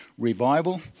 Revival